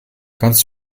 kannst